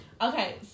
Okay